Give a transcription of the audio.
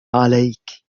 عليك